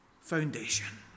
foundation